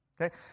Okay